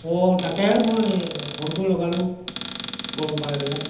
অঁ তাকে মই ফোনটো লগালোঁ গম পাই পেলাই